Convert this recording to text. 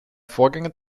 vorgänger